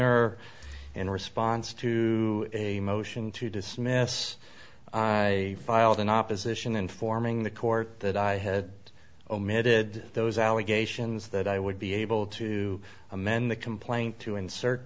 ner in response to a motion to dismiss i filed an opposition informing the court that i had omitted those allegations that i would be able to amend the complaint to insert